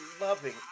loving